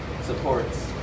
supports